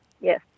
Yes